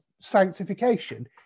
sanctification